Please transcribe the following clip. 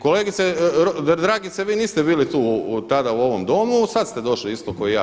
Kolegice Dragice vi niste bili tu, tada u ovom Domu, sad ste došli isto kao i ja.